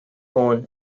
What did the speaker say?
own